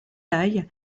taille